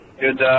good